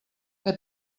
que